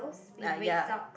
ah ya